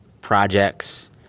projects